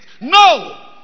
no